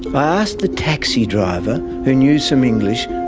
i asked the taxi driver, who knew some english,